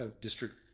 district